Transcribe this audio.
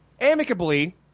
Amicably